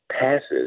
passes